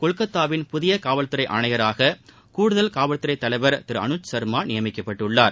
கொல்கத்தாவின் புதிய காவல் துறை ஆணையராக கூடுதல் காவல் துறை தலைவர் திரு அனுஜ் சர்மா நியமிக்கப்பட்டுள்ளார்